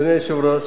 אדוני היושב-ראש,